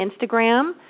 Instagram